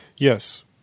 Yes